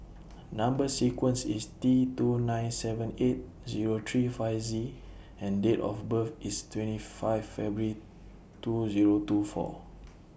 Number sequence IS T two nine seven eight Zero three five Z and Date of birth IS twenty five February two Zero two four